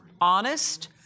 honest